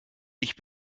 ich